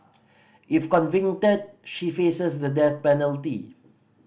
if convicted she faces the death penalty